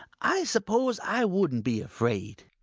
i suppose i wouldn't be afraid.